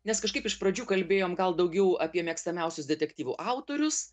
nes kažkaip iš pradžių kalbėjom gal daugiau apie mėgstamiausius detektyvų autorius